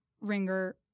Ringer